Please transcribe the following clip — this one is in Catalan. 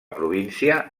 província